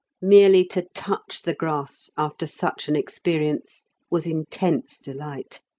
merely to touch the grass after such an experience was intense delight.